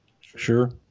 Sure